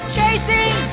chasing